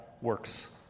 works